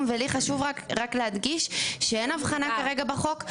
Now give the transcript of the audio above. ולי חשוב רק להדגיש שאין הבחנה כרגע בחוק,